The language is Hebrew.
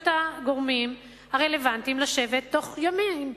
את הגורמים הרלוונטיים לשבת תוך ימים,